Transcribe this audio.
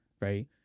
right